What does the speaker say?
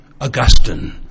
Augustine